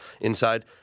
inside